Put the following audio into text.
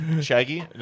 Shaggy